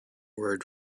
word